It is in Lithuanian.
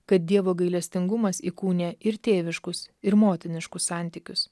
kad dievo gailestingumas įkūnija ir tėviškus ir motiniškus santykius